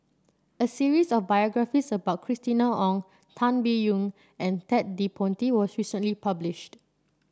a series of biographies about Christina Ong Tan Biyun and Ted De Ponti was recently published